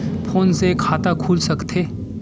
Phone से खाता खुल सकथे?